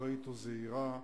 אחראית וזהירה,